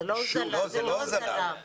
זאת לא הוזלה.